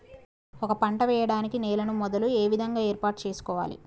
ఒక పంట వెయ్యడానికి నేలను మొదలు ఏ విధంగా ఏర్పాటు చేసుకోవాలి?